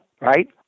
right